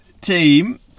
team